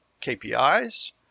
KPIs